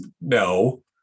no